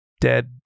dead